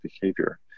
behavior